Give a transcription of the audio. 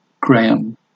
Graham